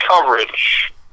coverage